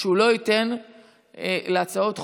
שהוא לא ייתן להצביע בהצעות חוק,